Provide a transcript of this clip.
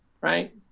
right